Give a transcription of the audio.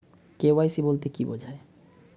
KYC বলতে কি বোঝায়?